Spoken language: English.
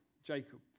Jacob